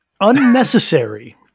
Unnecessary